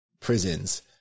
prisons